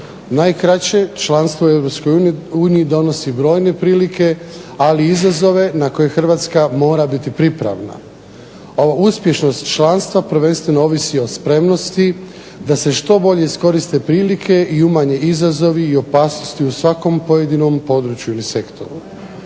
Najkraće članstvo u europskoj uniji donosi brojne prilike ali i izazove na koje Hrvatska mora biti pripravna. Uspješnost članstva prvenstveno ovisi o spremnosti da se što bolje iskoriste prilike i umanje izazovi ili opasnosti u svakom području ili sektoru.